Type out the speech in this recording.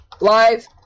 Live